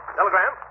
telegram